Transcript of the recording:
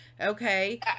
Okay